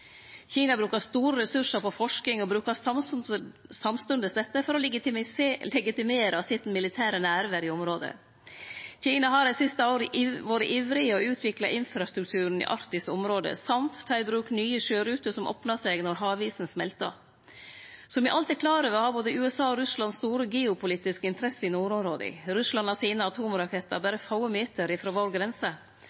Kina brukar store ressursar på forsking, og dei brukar samstundes dette for å legitimere sitt militære nærvær i området. Kina har dei siste åra vore ivrige etter å utvikle infrastrukturen i arktiske område og etter å ta i bruk nye sjøruter som opnar seg når havisen smeltar. Som me alt er klar over, har både USA og Russland store geopolitiske interesser i nordområda. Russland har atomrakettar